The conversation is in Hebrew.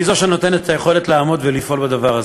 היא זו שנותנת את היכולת לעמוד ולפעול בדבר הזה.